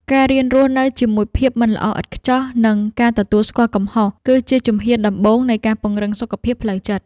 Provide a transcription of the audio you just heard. ការរៀនរស់នៅជាមួយភាពមិនល្អឥតខ្ចោះ និងការទទួលស្គាល់កំហុស គឺជាជំហានដំបូងនៃការពង្រឹងសុខភាពផ្លូវចិត្ត។